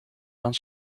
dan